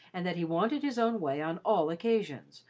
and that he wanted his own way on all occasions,